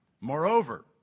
Moreover